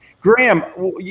Graham